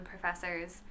professors